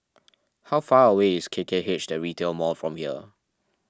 how far away is K K H the Retail Mall from here